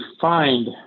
find